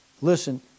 Listen